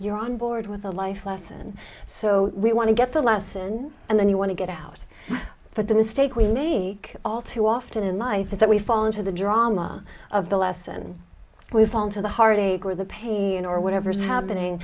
you're onboard with a life lesson so we want to get the lesson and then you want to get out but the mistake we may all too often in life is that we fall into the drama of the lesson we've gone to the heartache or the pain or whatever is happening